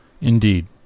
Indeed